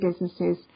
businesses